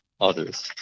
others